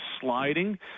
sliding